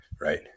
Right